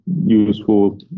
useful